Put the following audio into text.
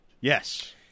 yes